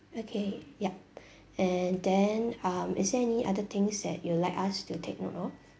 okay yup and then um is there any other things that you would like us to take note of